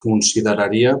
consideraria